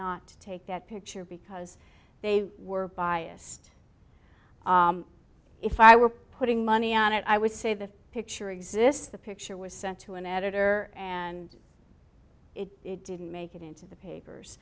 not to take that picture because they were biased if i were putting money on it i would say the picture exists the picture was sent to an editor and it didn't make it into the papers